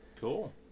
Cool